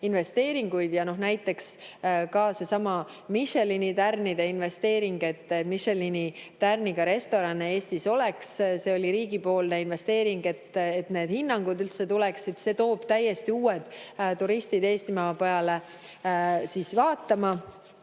investeeringuid, näiteks ka seesama Michelini tärnide investeering, et Michelini tärniga restorane Eestis oleks. See oli riigipoolne investeering, et need hinnangud üldse tuleksid. See toob täiesti uued turistid Eestimaa peale ringi vaatama.